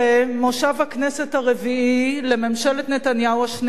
מושב הכנסת הרביעי לממשלת נתניהו השנייה,